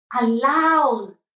allows